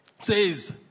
says